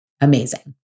amazing